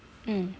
mm